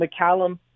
McCallum